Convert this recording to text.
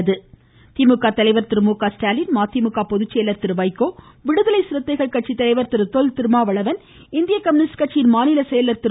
இதில் திமுக தலைவர் திரு மு க ஸ்டாலின் மதிமுக பொதுச் செயலாளர் திரு வைகோ விடுதலை சிறுத்தைகள் கட்சி தலைவர் திரு தொல் திருமாவளவன் இந்திய கம்யூனிஸ்ட் கட்சி மாநில செயலாளர் திரு